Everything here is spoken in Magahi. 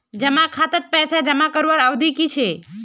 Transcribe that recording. जमा खातात पैसा जमा करवार अवधि की छे?